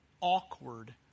awkward